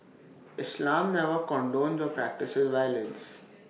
islam never condones or practises violence